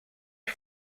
les